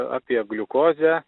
apie gliukozę